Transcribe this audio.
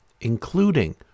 including